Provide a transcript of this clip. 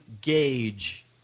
gauge